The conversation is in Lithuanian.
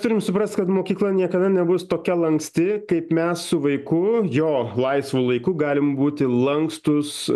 turim suprast kad mokykla niekada nebus tokia lanksti kaip mes su vaiku jo laisvu laiku galim būti lankstūs